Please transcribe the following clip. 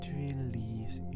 release